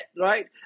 right